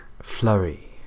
flurry